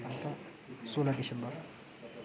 अन्त सोह्र दिसम्बर